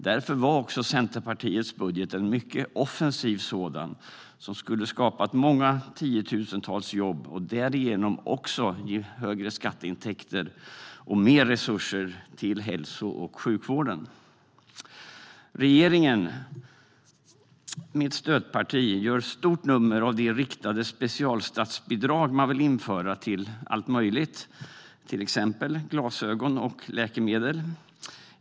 Därför var också Centerpartiets budget en mycket offensiv sådan som skulle ha skapat många tiotusentals jobb och därigenom också ge större skatteintäkter och mer resurser till hälso och sjukvården. Regeringen med stödparti gör ett stort nummer av de riktade specialstatsbidrag man vill införa till allt möjligt, till exempel glasögon och läkemedel.